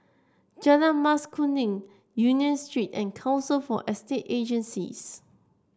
Jalan Mas Kuning Union Street and Council for Estate Agencies